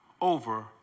over